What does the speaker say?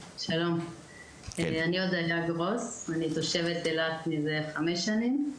אני תושבת אילת מזה חמש שנים.